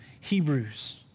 Hebrews